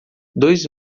dois